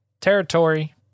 territory